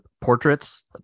portraits